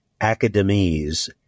academies